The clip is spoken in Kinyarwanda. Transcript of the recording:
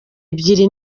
ebyiri